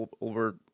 over